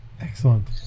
Excellent